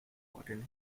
warden